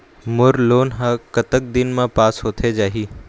मोर loan हा कतक दिन मा पास होथे जाही?